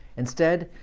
instead,